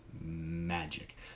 magic